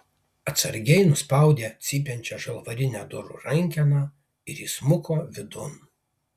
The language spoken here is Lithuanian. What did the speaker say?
atsargiai nuspaudė cypiančią žalvarinę durų rankeną ir įsmuko vidun